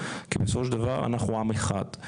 כי בסופו של דבר אנחנו עם אחד.